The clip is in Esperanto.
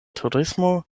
turismo